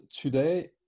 today